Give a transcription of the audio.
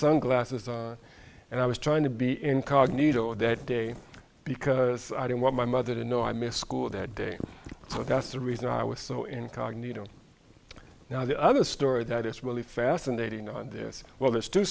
sunglasses and i was trying to be incognito that day because i don't want my mother to know i missed school that day so that's the reason i was so incognito now the other story that is really fascinating on this well there's two